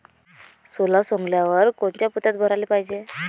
सोला सवंगल्यावर कोनच्या पोत्यात भराले पायजे?